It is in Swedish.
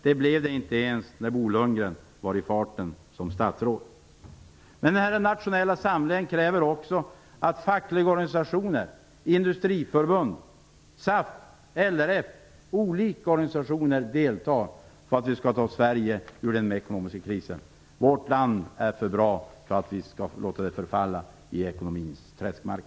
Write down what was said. Det blev det inte ens när Bo Lundgren var i farten som statsråd. Men för den nationella samlingen krävs också att fackliga organisationer, industriförbund, SAF, LRF och andra typer av organisationer deltar i arbetet med att ta Sverige ur den ekonomiska krisen. Vårt land är för bra för att vi skall låta det förfalla i ekonomins träskmark.